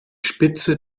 spitze